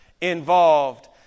involved